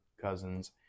Cousins